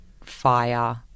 fire